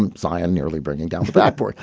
um zion nearly bringing down the backboard.